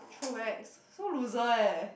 throwback so loser eh